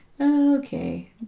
Okay